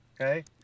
okay